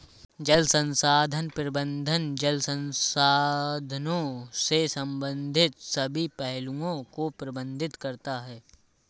जल संसाधन प्रबंधन जल संसाधनों से संबंधित सभी पहलुओं को प्रबंधित करता है